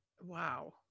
wow